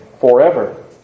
forever